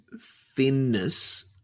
thinness